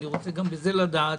אני רוצה גם בזה לדעת,